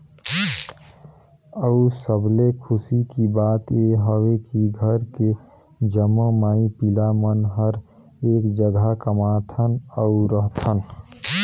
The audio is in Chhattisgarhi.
अउ सबले खुसी के बात ये हवे की घर के जम्मो माई पिला मन हर एक जघा कमाथन अउ रहथन